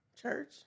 Church